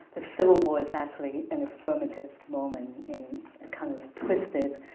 the civil war is actually an affirmative moment in a kind of twisted,